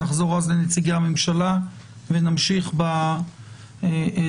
אז נחזור לנציגי הממשלה ונמשיך בדיאלוג,